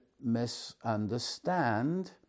misunderstand